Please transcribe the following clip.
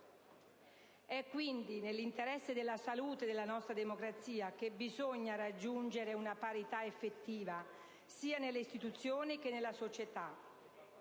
È, quindi, nell'interesse della salute della nostra democrazia che bisogna raggiungere una parità effettiva sia nelle istituzioni che nella società,